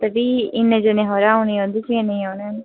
ते फ्ही इन्ने जने थोह्ड़े औने इंदे च इन्ने जने नी औने न